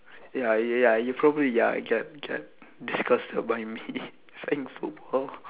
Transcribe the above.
ya ya you probably ya get get disgusted by me saying football